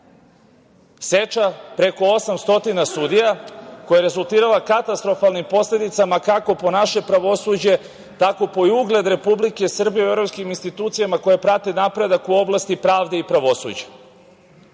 seča preko 800 sudija, koja je rezultirala katastrofalnim posledicama kako po naše pravosuđe, tako i po ugled Republike Srbije u evropskim institucijama koje prate napredak u oblasti pravde i pravosuđa. Tadašnje